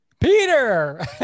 Peter